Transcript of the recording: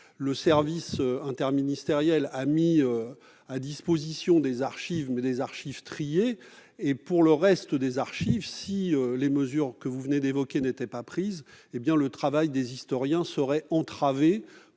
Le service interministériel a mis à disposition des archives, mais il s'agit d'archives triées. Pour le reste, si les mesures que vous venez d'évoquer n'étaient pas prises, le travail des historiens pour aller